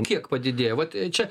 kiek padidėjo vat čia